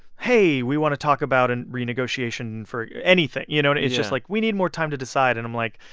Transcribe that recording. hey, we want to talk about a and renegotiation for anything. you know, and it's just like we need more time to decide. and i'm like,